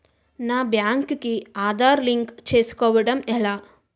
నా బ్యాంక్ కి ఆధార్ లింక్ చేసుకోవడం ఎలా?